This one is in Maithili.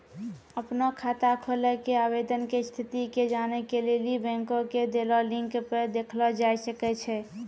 अपनो खाता खोलै के आवेदन के स्थिति के जानै के लेली बैंको के देलो लिंक पे देखलो जाय सकै छै